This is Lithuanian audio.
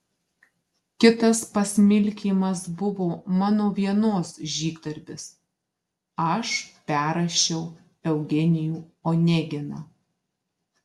kitas pasmilkymas buvo mano vienos žygdarbis aš perrašiau eugenijų oneginą